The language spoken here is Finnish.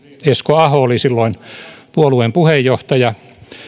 esko aho oli silloin puolueen puheenjohtaja